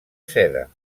seda